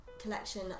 collection